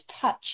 touch